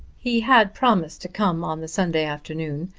he had promised to come on the sunday afternoon,